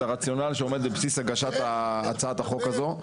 הרציונל שעומד בבסיס הגשת הצעת החוק הזו.